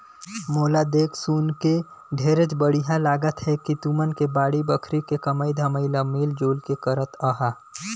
मोला देख सुनके ढेरेच बड़िहा लागत हे कि तुमन के बाड़ी बखरी के कमई धमई ल मिल जुल के करत अहा